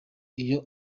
iyo